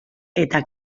eta